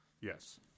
yes